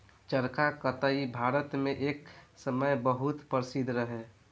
चरखा कताई भारत मे एक समय बहुत प्रसिद्ध रहे